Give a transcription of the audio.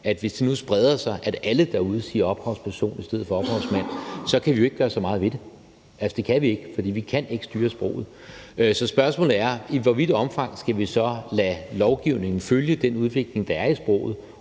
det. Hvis det nu spreder sig og alle derude siger ophavsperson i stedet for ophavsmand, kan vi jo ikke gøre så meget ved det. Altså, det kan vi ikke, for vi kan ikke styre sproget. Så spørgsmålet er: I hvor vidt et omfang skal vi så lade lovgivningen følge den udvikling, der er i sproget,